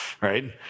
right